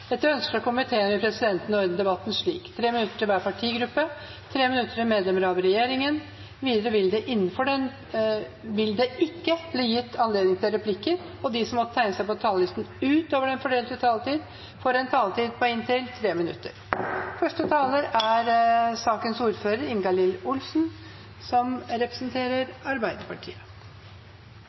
Etter ønske fra transport- og kommunikasjonskomiteen vil presidenten ordne debatten slik: 3 minutter til hver partigruppe og 3 minutter til medlemmer av regjeringen. Videre vil det ikke bli gitt anledning til replikker, og de som måtte tegne seg på talerlisten utover den fordelte taletid, får også en taletid på inntil 3 minutter. Dagens gladsak for store deler av Kyst-Norge er